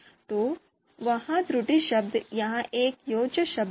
तो वह त्रुटि शब्द एक योजक शब्द है